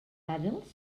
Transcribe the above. adults